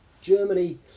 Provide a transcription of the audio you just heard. Germany